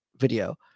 video